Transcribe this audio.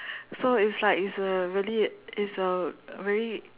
so it's like is a really is a really